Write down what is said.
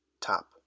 top